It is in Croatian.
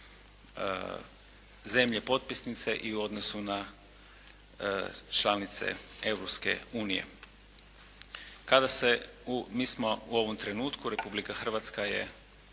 na zemlje potpisnice i u odnosu na članice Europske unije. Kada se u, mi smo u ovom trenutku, Republika Hrvatska je